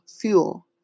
fuel